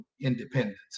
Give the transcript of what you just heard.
independence